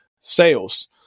sales